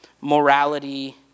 morality